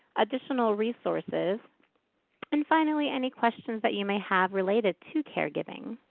additional resources and finally, any questions that you may have related to caregiving.